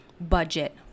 budget